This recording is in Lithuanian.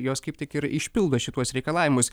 jos kaip tik ir išpildo šituos reikalavimus